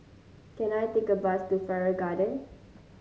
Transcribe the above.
can I take a bus to Farrer Garden